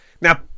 Now